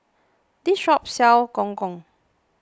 this shop sells Gong Gong